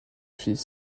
femme